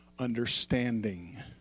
understanding